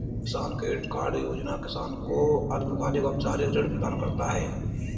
किसान credit card योजना किसान को अल्पकालिक औपचारिक ऋण प्रदान करता है